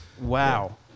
Wow